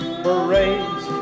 parades